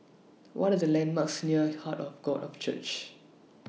What Are The landmarks near Heart of God of Church